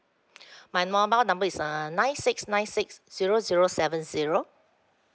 my mobile number is uh nine six nine six zero zero seven zero